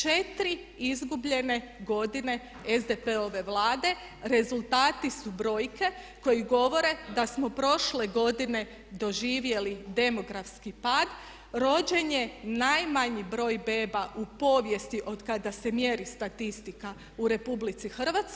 4 izgubljene godine SDP-ove Vlade rezultati su brojke koje govore da smo prošle godine doživjeli demografski pad, rođen je najmanji broj beba u povijesti od kada se mjeri statistika u RH.